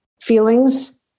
feelings